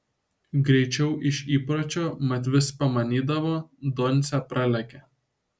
greičiau iš įpročio mat vis pamanydavo doncė pralekia